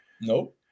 Nope